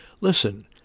Listen